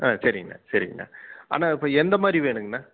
ஆ சரிங்கண்ணா சரிங்கண்ணா அண்ணா இப்போ எந்தமாதிரி வேனுங்க அண்ணா